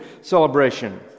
celebration